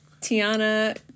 Tiana